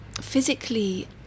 physically